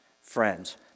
friends